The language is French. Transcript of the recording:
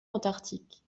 antarctique